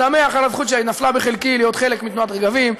שמח על הזכות שנפלה בחלקי להיות חלק מתנועת "רגבים",